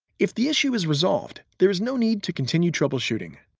if the issue is resolved, there is no need to continue troubleshooting.